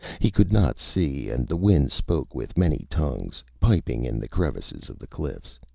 he could not see, and the wind spoke with many tongues, piping in the crevices of the cliffs.